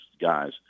guys